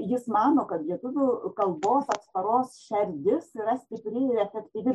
jis mano kad lietuvių kalbos atsparos šerdis yra stipri ir efektyvi